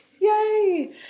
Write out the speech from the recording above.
Yay